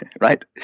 right